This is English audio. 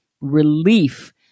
relief